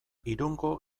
irungo